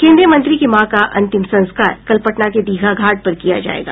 केन्द्रीय मंत्री की मां का अंतिम संस्कार कल पटना के दीघा घाट पर किया जायेगा